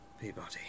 Peabody